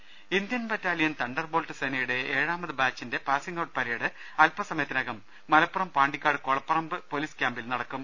രദ്ദേഷ്ടങ Indian battalion thunder bolt സേനയുടെ ഏഴാമത് ബാച്ചിന്റെ പാസിംഗ് ഔട്ട് പരേഡ് അല്പസമയത്തിനകം മലപ്പുറം പാണ്ടിക്കാട് കൊള പ്പറമ്പ് പൊലീസ് ക്യാമ്പിൽ നടക്കും